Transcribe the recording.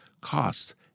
costs